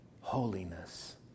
holiness